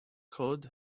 could